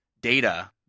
data